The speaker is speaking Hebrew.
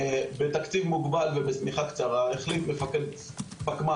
בתקציב מוגבל ובשמיכה קצרה החליט פקמ"ז,